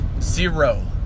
Zero